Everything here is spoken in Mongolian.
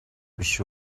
биш